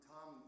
Tom